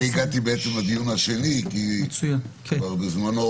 אני הגעתי בעצם לדיון השני, כי כבר בזמנו